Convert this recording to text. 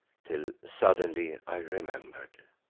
till suddenly i remembered.